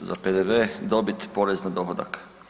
za PDV, dobit, porez na dohodak.